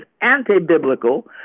anti-biblical